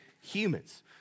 humans